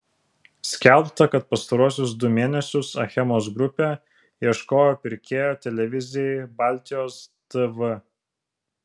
skelbta kad pastaruosius du mėnesius achemos grupė ieškojo pirkėjo televizijai baltijos tv